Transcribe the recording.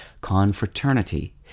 confraternity